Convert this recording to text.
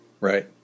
Right